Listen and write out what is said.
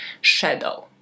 shadow